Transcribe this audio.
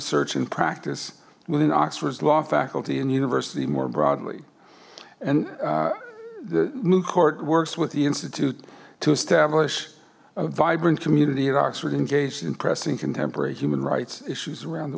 research in practice within oxford's law faculty and university more broadly and the new court works with the institute to establish a vibrant community at oxford engaged in pressing contemporary human rights issues around the